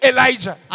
Elijah